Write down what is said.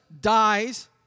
dies